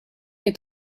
est